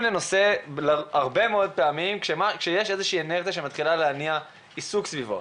לנושא כשיש אינרציה שמתחילה להניע עיסוק סביבו.